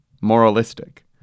Moralistic